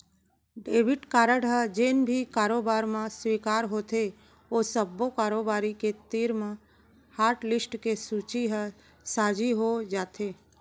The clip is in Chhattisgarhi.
डेबिट कारड ह जेन भी कारोबार म स्वीकार होथे ओ सब्बो कारोबारी के तीर म हाटलिस्ट के सूची ह साझी हो जाथे